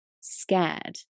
scared